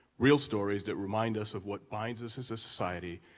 real stories that remind us of what binds us as a society,